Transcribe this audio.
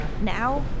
Now